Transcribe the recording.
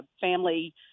family